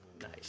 Nice